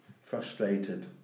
frustrated